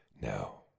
now